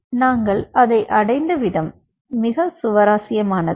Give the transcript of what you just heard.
எனவே நாங்கள் அதை அடைந்த விதம் இந்த சுவாரஸ்யமானது